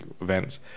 events